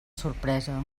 sorpresa